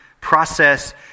process